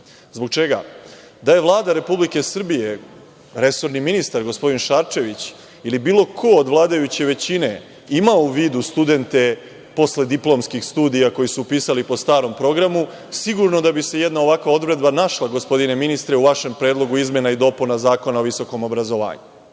čega? Da je Vlada RS, resorni ministar, gospodin Šarčević ili bilo ko od vladajuće većine imao u vidu studente posle diplomskih studija koji su upisali po starom programu, sigurno da bi se jedna ovakva odredba našla, gospodine ministre, u vašem predlogu izmena i dopuna Zakona o visokom obrazovanju.